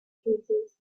cases